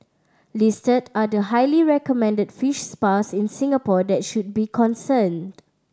listed are the highly recommended fish spas in Singapore that should be concerned